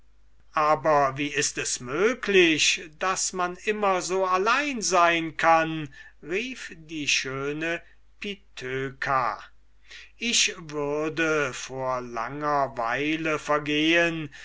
aber wie ist es möglich daß man immer so allein sein kann rief die schöne pithöka ich würde vor langerweile vergehen